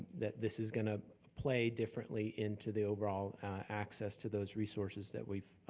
that this is gonna play differently into the overall access to those resources that we've,